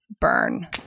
burn